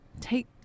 take